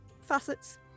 facets